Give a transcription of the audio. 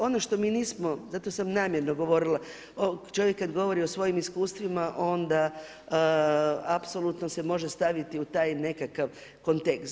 Ono što mi nismo, zato sam namjerno govorila, čovjek kad govori o svojim iskustvima, onda apsolutno se može staviti u taj nekakav kontekst.